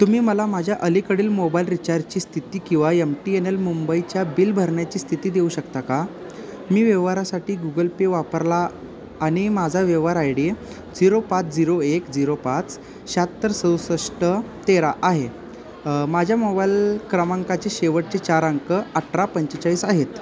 तुम्ही मला माझ्या अलीकडील मोबाईल रिचार्जची स्थिती किंवा एम टी एन एल मुंबईच्या बिल भरण्याची स्थिती देऊ शकता का मी व्यवहारासाठी गुगल पे वापरला आणि माझा व्यवहार आय डी झिरो पाच झिरो एक झिरो पाच शाहत्तर सौसष्ट तेरा आहे माझ्या मोबाईल क्रमांकाचे शेवटचे चार अंक अठरा पंचेचाळीस आहेत